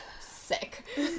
sick